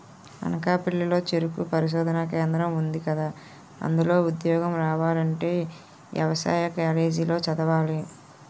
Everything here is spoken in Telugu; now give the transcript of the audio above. అనకాపల్లి లో చెరుకు పరిశోధనా కేంద్రం ఉందికదా, అందులో ఉద్యోగం రావాలంటే యవసాయ కాలేజీ లో చదవాలి